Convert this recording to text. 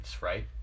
right